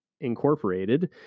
Incorporated